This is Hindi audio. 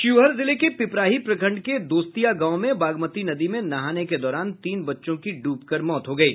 शिवहर जिले के पिपराही प्रखंड के दोस्तिया गांव में बागमती नदी में नहाने के दौरान तीन बच्चों की डूबकर मौत हो गयी